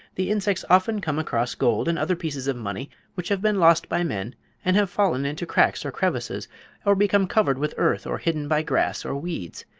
the insects often come across gold and other pieces of money which have been lost by men and have fallen into cracks or crevasses or become covered with earth or hidden by grass or weeds.